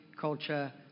culture